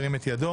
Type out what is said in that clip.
ירים את ידו.